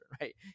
right